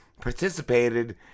participated